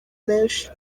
menshi